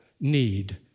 need